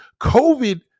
COVID